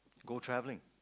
go travelling